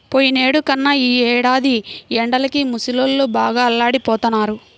పోయినేడాది కన్నా ఈ ఏడాది ఎండలకి ముసలోళ్ళు బాగా అల్లాడిపోతన్నారు